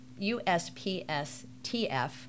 USPSTF